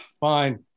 fine